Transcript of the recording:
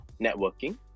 networking